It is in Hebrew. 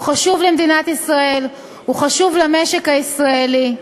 הוא חשוב למדינת ישראל, הוא חשוב למשק הישראלי,